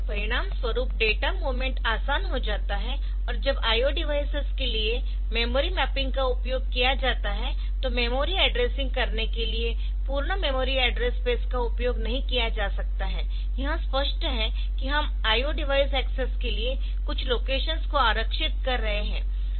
परिणामस्वरूप data movement आसान हो जाता है और जब IO डिवाइसेस के लिए मेमोरी मैपिंग का उपयोग किया जाता है तो मेमोरी ऐड्रेसिंग करने के लिए पूर्ण मेमोरी एड्रेस स्पेस का उपयोग नहीं किया जा सकता है यह स्पष्ट है कि हम IO डिवाइस एक्सेस के लिए कुछ लोकेशंस को आरक्षित कर रहे है